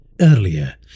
Earlier